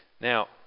Now